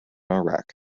iraq